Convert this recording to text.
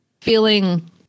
feeling